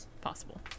possible